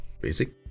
basic